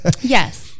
yes